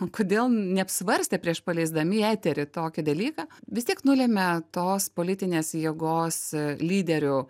kodėl neapsvarstė prieš paleisdami į eterį tokį dalyką vis tiek nulemia tos politinės jėgos lyderių